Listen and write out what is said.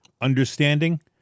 understanding